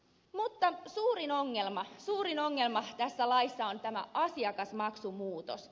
mutta suurin ongelma suurin ongelma tässä laissa on tämä asiakasmaksumuutos